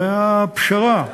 והפשרה היא,